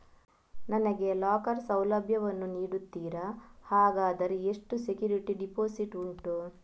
ನನಗೆ ಲಾಕರ್ ಸೌಲಭ್ಯ ವನ್ನು ನೀಡುತ್ತೀರಾ, ಹಾಗಾದರೆ ಎಷ್ಟು ಸೆಕ್ಯೂರಿಟಿ ಡೆಪೋಸಿಟ್ ಉಂಟು?